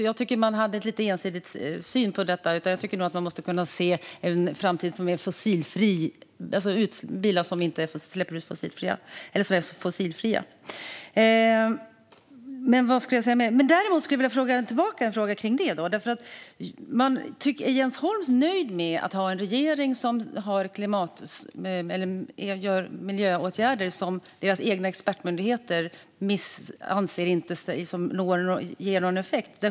Jag tycker att man hade en lite ensidig syn på detta; jag tycker nog att man måste kunna se en framtid med bilar som är fossilfria. Jag skulle vilja ställa en fråga tillbaka apropå detta: Är Jens Holm nöjd med att ha en regering som vidtar miljöåtgärder som dess egna expertmyndigheter inte anser ger någon effekt?